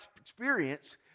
experience